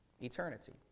eternity